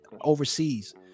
overseas